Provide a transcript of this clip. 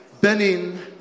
Benin